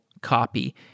copy